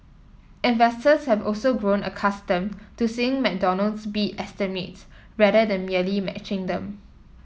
investors have also grown accustomed to seeing McDonald's beat estimates rather than merely matching them